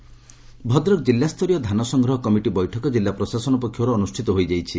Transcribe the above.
ଧାନ ସଂଗ୍ରହ ଭଦ୍ରକ କିଲ୍କାସ୍ତରୀୟ ଧାନ ସଂଗ୍ରହ କମିଟି ବୈଠକ ଜିଲ୍କା ପ୍ରଶାସନ ପକ୍ଷର୍ ଅନୁଷ୍ଠିତ ହୋଇଯାଇଛି